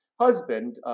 husband